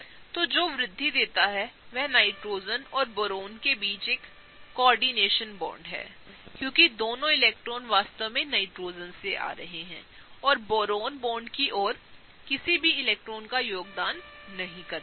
तो जो वृद्धि देता है वह नाइट्रोजन और बोरोन के बीच एक समन्वय बॉन्ड है क्योंकि दोनों इलेक्ट्रॉन वास्तव में नाइट्रोजन से आ रहे हैं और बोरॉनबॉन्ड की ओर किसी भी इलेक्ट्रॉन का योगदाननहींकर रहे हैं